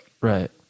Right